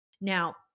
Now